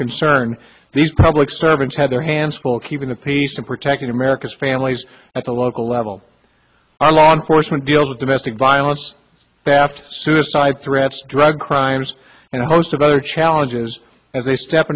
concern these public servants had their hands full keeping the peace to protect america's families at the local level our law enforcement deals with domestic violence past suicide threats drug crimes and a host of other challenges as they step